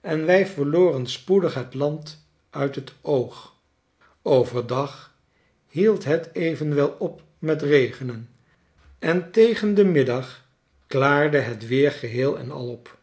en wij verloren spoedig het land uit het oog over dag hield het evenwel op met regenen en tegen den middag klaarde het weer geheel en al op